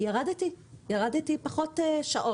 ירדתי בהיקף המשרה ואני עובדת פחות שעות.